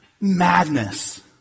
Madness